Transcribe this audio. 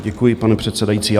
Děkuji, pane předsedající.